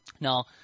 Now